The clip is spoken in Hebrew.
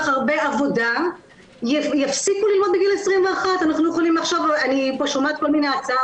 הרבה עבודה יפסיקו ללמוד בגיל 21. אני פה שומעת כל מיני הצעות,